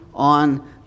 on